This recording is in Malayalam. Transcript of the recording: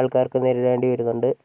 ആൾക്കാർക്ക് നേരിടേണ്ടി വരുന്നുണ്ട്